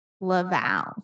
Laval